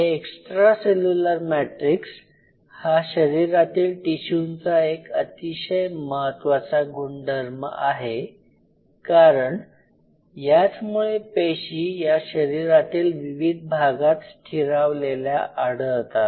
हे extra cellular matrix हा शरीरातील टिशूंचा एक अतिशय महत्वाचा गुणधर्म आहे कारण याचमुळे पेशी या शरीरातील विविध भागात स्थिरावलेल्या आढळतात